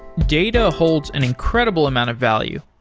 data holds an incredible amount of value,